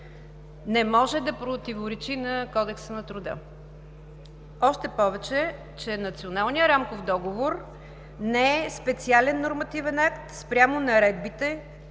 не може да противоречи на Кодекса на труда. Още повече, че Националният рамков договор не е специален нормативен акт спрямо наредбите,